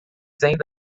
ainda